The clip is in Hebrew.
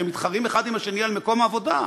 כשהם מתחרים אחד עם השני על מקום העבודה.